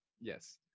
Yes